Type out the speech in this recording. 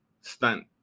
stunt